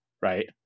right